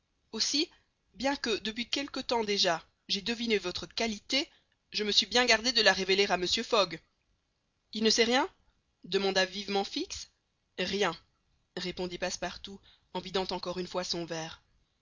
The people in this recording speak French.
aussi bien que depuis quelque temps déjà j'aie deviné votre qualité je me suis bien gardé de la révéler à mr fogg il ne sait rien demanda vivement fix rien répondit passepartout en vidant encore une fois son verre